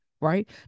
right